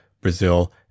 Brazil